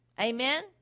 Amen